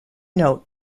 note